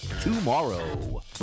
tomorrow